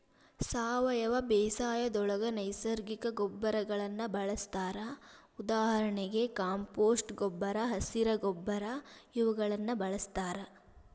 ಸಾವಯವ ಬೇಸಾಯದೊಳಗ ನೈಸರ್ಗಿಕ ಗೊಬ್ಬರಗಳನ್ನ ಬಳಸ್ತಾರ ಉದಾಹರಣೆಗೆ ಕಾಂಪೋಸ್ಟ್ ಗೊಬ್ಬರ, ಹಸಿರ ಗೊಬ್ಬರ ಇವುಗಳನ್ನ ಬಳಸ್ತಾರ